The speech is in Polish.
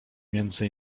między